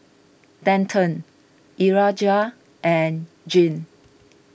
Denton Urijah and Jean